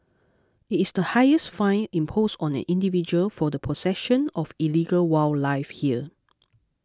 it is the highest fine imposed on an individual for the possession of illegal wildlife here